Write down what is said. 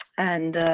and